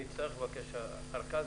נצטרך לבקש אורכה.